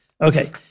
Okay